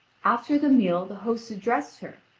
after the meal the host addressed her,